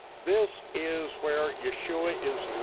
this is where yeshua is,